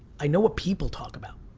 i know what people talk about.